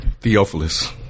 Theophilus